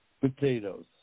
potatoes